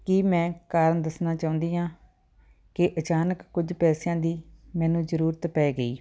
ਕਿ ਮੈਂ ਕਾਰਨ ਦੱਸਣਾ ਚਾਹੁੰਦੀ ਹਾਂ ਕਿ ਅਚਾਨਕ ਕੁਝ ਪੈਸਿਆਂ ਦੀ ਮੈਨੂੰ ਜ਼ਰੂਰਤ ਪੈ ਗਈ